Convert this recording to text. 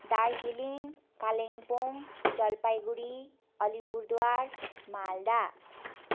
Darjeeling Kalimpong Jalpaiguri Alipurduar Malda